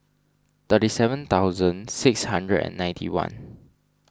thirty seven thousand six hundred and ninety one